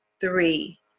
three